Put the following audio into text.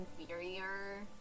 inferior